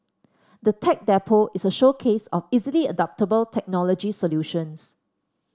the Tech Depot is a showcase of easily adoptable technology solutions